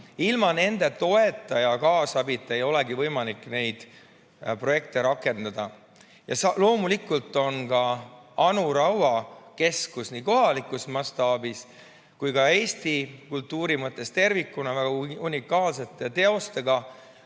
Ilma nende toeta ja kaasabita ei olegi võimalik neid projekte rakendada. Ja loomulikult on ka Anu Raua keskus nii kohalikus mastaabis kui ka Eesti kultuuri mõttes tervikuna oma väga unikaalsete teostega